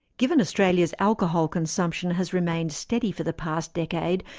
given australia's alcohol consumption has remained steady for the past decade,